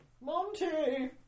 Monty